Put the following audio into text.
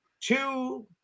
two